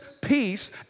peace